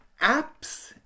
apps